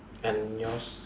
and yours